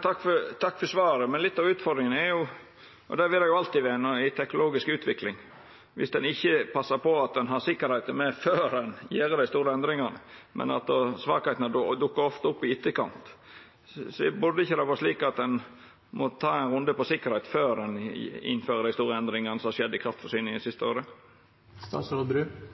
Takk for svaret. Litt av utfordringa med den teknologiske utviklinga er og vil alltid vera at ein ikkje passar på å ha tryggleiken med før ein gjer dei store endringane, og svakheitene dukkar ofte opp i etterkant. Burde det ikkje vore slik at ein tok ein runde på tryggleiken før ein innførte dei store endringane som har skjedd i kraftforsyninga dei siste åra? Det var litt det jeg var inne på i mitt innlegg, at nå kom det